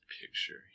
picture